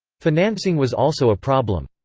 financing was also a problem.